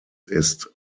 ist